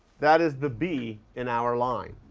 that is the b in our line.